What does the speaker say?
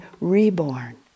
reborn